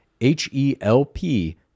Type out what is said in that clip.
H-E-L-P